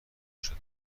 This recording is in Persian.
شدم